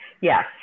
Yes